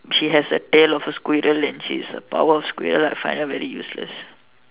she has a tail of a squirrel and she's a power of a squirrel I find her very useless